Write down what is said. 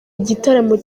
igitaramo